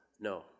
No